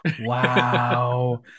Wow